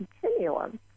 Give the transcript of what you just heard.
continuum